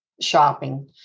shopping